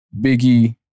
Biggie